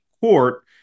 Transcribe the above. court